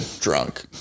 drunk